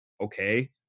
okay